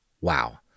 Wow